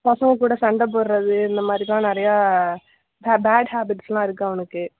பசங்க கூட சண்டை போடுறது இந்த மாதிரி தான் நிறையா ப பேட் ஹேபிட்ஸ் எல்லாம் இருக்கு அவனுக்கு